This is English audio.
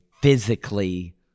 physically